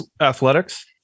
athletics